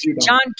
John